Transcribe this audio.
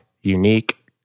unique